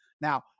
Now